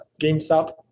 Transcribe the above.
GameStop